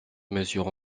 mesure